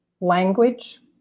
language